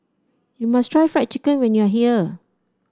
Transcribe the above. you must try Fried Chicken when you are here